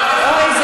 לא, לא, לא.